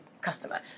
customer